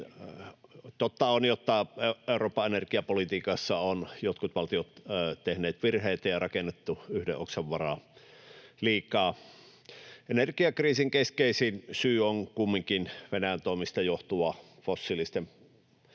Totta on, että Euroopan energiapolitiikassa ovat jotkut valtiot tehneet virheitä ja rakentaneet yhden oksan varaan liikaa. Energiakriisin keskeisin syy on kumminkin Venäjän toimista johtuva fossiilisten